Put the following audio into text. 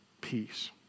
peace